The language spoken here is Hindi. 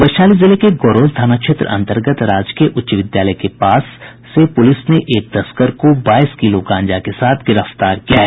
वैशाली जिले के गोरौल थाना क्षेत्र अन्तर्गत राजकीय उच्च विद्यालय के पास से पुलिस ने एक तस्कर को बाईस किलो गांजा के साथ गिरफ्तार किया है